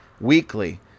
weekly